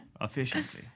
Efficiency